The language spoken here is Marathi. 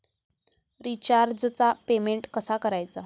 रिचार्जचा पेमेंट कसा करायचा?